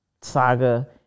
saga